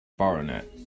baronet